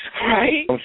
Right